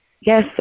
Yes